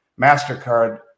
MasterCard